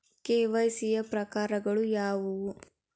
KYC ಯ ಪ್ರಕಾರಗಳು ಯಾವುವು?